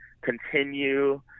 continue